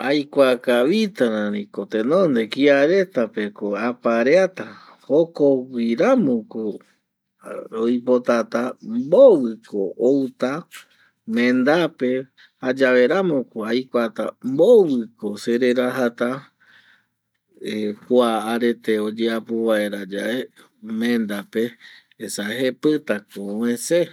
Aikua kavita rari ko tenonde kia reta pe ko aparea ta jokogui ramo ko oipotata mbovɨ ko outa menda pe jayave ramo ko aikuata mbovɨ ko sereraja ta kua arete oyeapo vaera yae menda pe esa jepɨta ko oe se